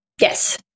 Yes